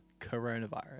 coronavirus